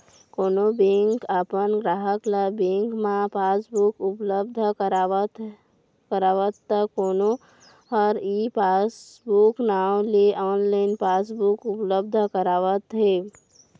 कोनो बेंक अपन गराहक ल बेंक म पासबुक उपलब्ध करावत त कोनो ह ई पासबूक नांव ले ऑनलाइन पासबुक उपलब्ध करावत हे